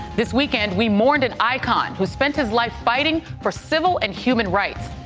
this weekend, we mourned an icon who spent his life fighting for civil and human rights.